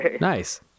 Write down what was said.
Nice